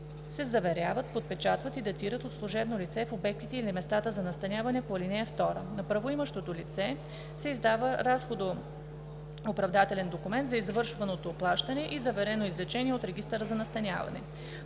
се заверяват, подпечатват и датират от служебно лице в обектите или местата за настаняване по ал. 2. На правоимащото лице се издава разходооправдателен документ за извършеното плащане и заверено извлечение от регистъра за настаняване.